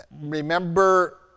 remember